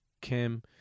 Kim